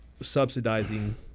subsidizing